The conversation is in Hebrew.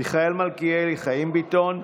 מיכאל מלכיאלי, חיים ביטון,